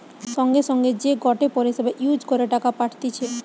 সঙ্গে সঙ্গে যে গটে পরিষেবা ইউজ করে টাকা পাঠতিছে